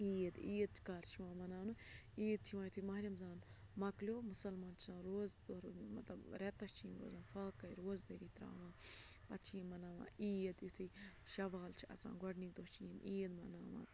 عیٖد عیٖد چھِ کَر چھِ یِوان مَناونہٕ عیٖد چھِ یِوان یُتھُے ماہِ رمضان مۄکلیو مُسلمان چھِ آسان روز مطلب ریٚتَس چھِ یِم روزان فاکَے روزدٔری ترٛاوان پَتہٕ چھِ یِم مَناوان عیٖد یُتھُے شَوال چھِ اَژان گۄڈنِکہِ دۄہ چھِ یِم عیٖد مَناوان